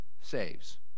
saves